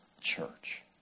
church